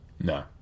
No